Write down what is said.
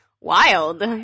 wild